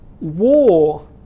war